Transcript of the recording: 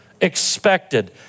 expected